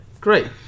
great